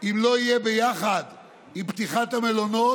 אם לא תהיה ביחד עם פתיחת המלונות